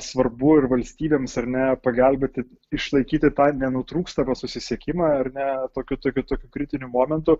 svarbu ir valstybėms ar ne pagelbėti išlaikyti tą nenutrūkstamą susisiekimą ar ne tokiu tokiu tokiu kritiniu momentu